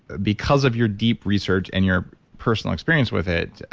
because of your deep research and your personal experience with it,